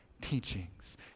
teachings